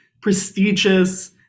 prestigious